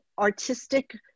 artistic